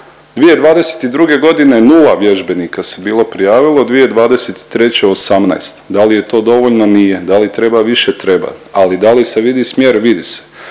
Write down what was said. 2022.g. nula vježbenika se bilo prijavilo, 2023. 18.. Da li je to dovoljno? Nije. Da li treba više? Treba. Ali da li se vidi smjer? Vidi se.